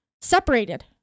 separated